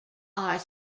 are